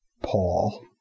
Paul